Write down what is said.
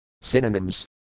Synonyms